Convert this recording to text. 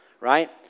right